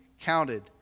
counted